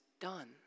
done